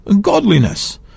Godliness